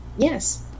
Yes